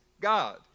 God